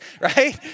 right